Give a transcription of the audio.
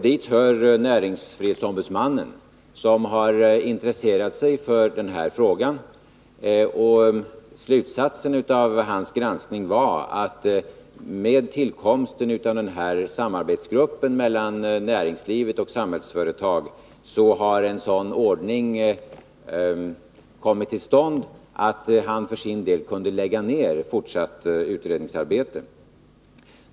Dit hör näringsfrihetsombudsmannen, som har intresserat sig för den här frågan. Slutsatsen av hans granskning var den, att i och med tillkomsten av samarbetsgruppen mellan näringslivet och Samhällsföretag har en sådan ordning kommit till stånd att han för sin del kunde lägga ned fortsatt utredningsarbete.